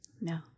No